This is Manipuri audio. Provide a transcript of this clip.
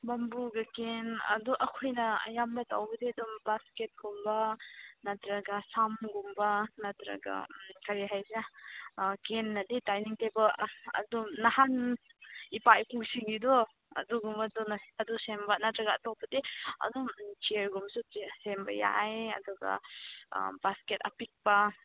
ꯕꯦꯝꯕꯨꯒꯤ ꯀꯦꯟ ꯑꯗꯨ ꯑꯩꯈꯣꯏꯅ ꯑꯌꯥꯝꯕ ꯇꯧꯕꯗꯤ ꯑꯗꯨꯝ ꯕꯥꯁꯀꯦꯠ ꯀꯨꯝꯕ ꯅꯠꯇ꯭ꯔꯒ ꯁꯝꯒꯨꯝꯕ ꯅꯠꯇ꯭ꯔꯥ ꯀꯔꯤ ꯍꯥꯏꯁꯤꯔꯥ ꯀꯦꯟꯅꯗꯤ ꯗꯥꯏꯅꯤꯡ ꯇꯦꯕꯜ ꯑꯁ ꯑꯗꯨꯝ ꯅꯍꯥꯟ ꯏꯄꯥ ꯏꯄꯨꯁꯤꯡꯒꯤꯗꯣ ꯑꯗꯨꯒꯨꯝꯕꯗꯨꯅ ꯑꯗꯨ ꯁꯦꯝꯕ ꯅꯠꯇ꯭ꯔꯒ ꯑꯇꯣꯞꯄꯗꯤ ꯑꯗꯨꯝ ꯆꯤꯌꯔꯒꯨꯝꯕꯁꯨ ꯁꯦꯝꯕ ꯌꯥꯏ ꯑꯗꯨꯒ ꯕꯥꯁꯀꯦꯠ ꯑꯄꯤꯛꯄ